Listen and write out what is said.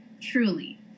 Truly